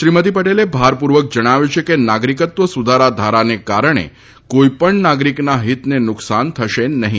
શ્રીમતી પટેલે ભારપૂર્વક જણાવ્યું છે કે નાગરિકત્વ સુધારા ધારાને કારણે કોઇ પણ નાગરિકના હિતને નુકસાન થશે નહીં